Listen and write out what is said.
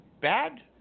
bad